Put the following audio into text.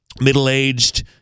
middle-aged